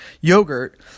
yogurt